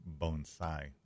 bonsai